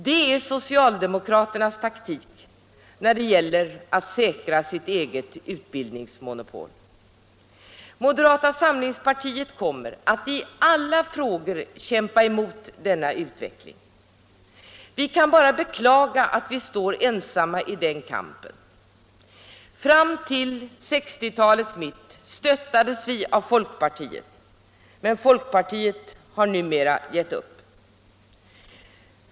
Det är socialdemokraternas taktik när det gäller att säkra det statliga utbildningsmonopolet. Moderata samlingspartiet kommer att i alla frågor kämpa emot denna utveckling. Vi kan bara beklaga att vi står ensamma i den kampen. Fram till 1960-talets mitt stöttades vi av folkpartiet, men folkpartiet har numera gett upp.